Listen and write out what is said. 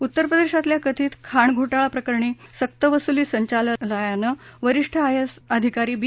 उत्तर प्रदेशातल्या कथित खाण घोटाळा प्रकरणी सक्तवसुली संचालनालयानं वरिष्ठ आयएएस अधिकारी बी